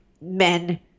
men